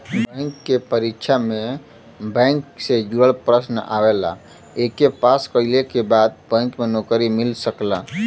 bank के परीक्षा में बैंक से जुड़ल प्रश्न आवला एके पास कइले के बाद बैंक में नौकरी मिल सकला